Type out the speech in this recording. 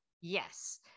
Yes